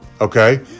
Okay